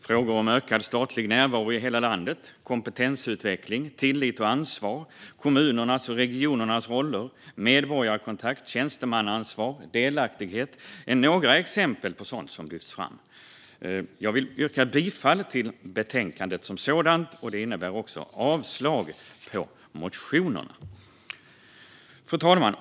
Frågor om ökad statlig närvaro i hela landet, kompetensutveckling, tillit och ansvar, kommunernas och regionernas roller, medborgarkontakt, tjänstemannaansvar och delaktighet är några exempel på sådant som lyfts fram. Jag vill yrka bifall till utskottets förslag, och det innebär också avslag på motionerna. Fru talman!